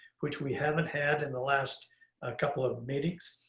which we haven't had in the last ah couple of meetings.